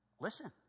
Listen